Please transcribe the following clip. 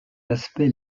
aspect